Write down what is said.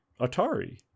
atari